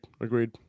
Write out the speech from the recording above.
Agreed